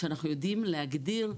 שאנחנו יודעים להגדיר,